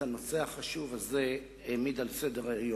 שהעמיד את הנושא החשוב הזה על סדר-היום.